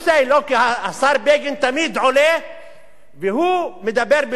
השר בגין תמיד עולה והוא מדבר בשם האידיאולוגיה,